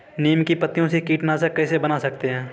नीम की पत्तियों से कीटनाशक कैसे बना सकते हैं?